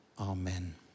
Amen